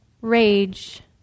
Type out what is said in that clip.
rage